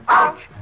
Ouch